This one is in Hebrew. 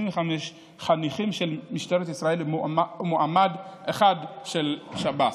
חניכים של משטרת ישראל ומועמד אחד של שב"ס.